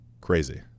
Crazy